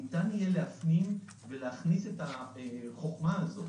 ניתן יהיה להפנים ולהכניס את החוכמה הזאת